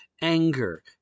anger